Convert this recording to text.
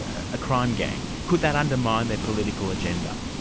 a crime-gang. could that undermine their political agenda?